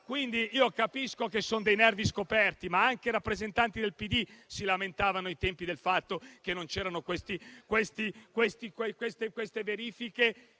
fiducia. Capisco che sono dei nervi scoperti, ma anche rappresentanti del PD si lamentavano ai tempi del fatto che non c'erano queste verifiche